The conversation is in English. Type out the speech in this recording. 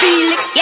Felix